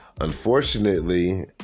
unfortunately